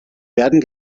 werden